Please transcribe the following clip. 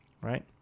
right